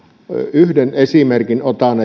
yhden esimerkin otan